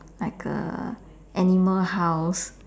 like a animal house